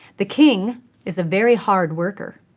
the king is a very hard worker,